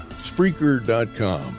Spreaker.com